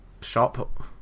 shop